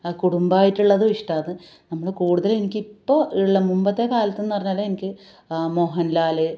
കുടുംബായിട്ട് ഉള്ളതും ഇഷ്ടമാണ് നമ്മള് കൂടുതലും എനിക്ക് ഇപ്പോൾ ഉള്ള മുമ്പത്തെ കാലത്ത് എന്ന് പറഞ്ഞാല് എനിക്ക് മോഹൻലാല്